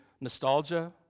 nostalgia